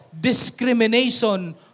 discrimination